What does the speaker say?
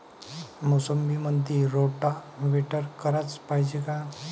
मोसंबीमंदी रोटावेटर कराच पायजे का?